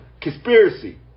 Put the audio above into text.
conspiracy